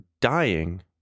dying